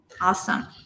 Awesome